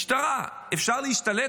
משטרה, אפשר להשתלט?